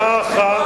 רמה אחת,